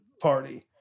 party